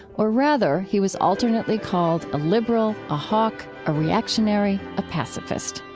or rather, he was alternately called a liberal, a hawk, a reactionary, a pacifist.